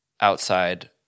outside